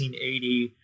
1880